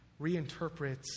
reinterprets